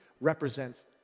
represents